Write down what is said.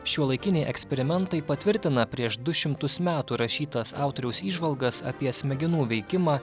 šiuolaikiniai eksperimentai patvirtina prieš du šimtus metų rašytas autoriaus įžvalgas apie smegenų veikimą